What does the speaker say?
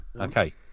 Okay